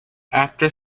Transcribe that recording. after